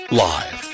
live